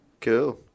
Cool